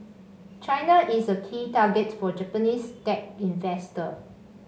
China is a key target for Japanese tech investor